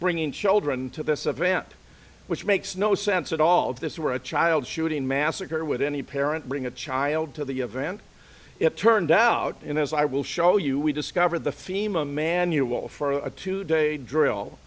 bringing children to this event which makes no sense at all of this were a child shooting massacre with any parent bring a child to the event it turned out in as i will show you we discovered the fema manual for a two day drill